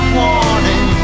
warning